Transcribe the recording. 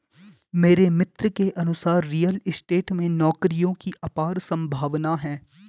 मेरे मित्र के अनुसार रियल स्टेट में नौकरियों की अपार संभावना है